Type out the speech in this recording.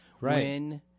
Right